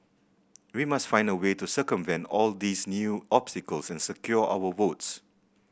we must find a way to circumvent all these new obstacles and secure our votes